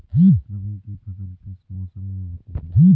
रबी की फसल किस मौसम में होती है?